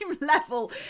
level